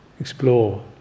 explore